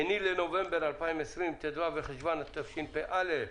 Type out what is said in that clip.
היום ה-2 לנובמבר, 2020. ט"ו בחשוון התשפ"א.